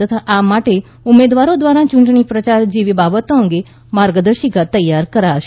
તથા આ માટે ઉમેદવારો દ્વારા ચૂંટણી પ્રચાર જેવી બાબતો અંગે માર્ગદર્શિકા તૈયાર કરાશે